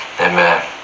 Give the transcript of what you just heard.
Amen